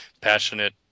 passionate